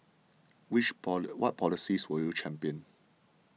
which what policies will you champion